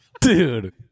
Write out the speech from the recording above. dude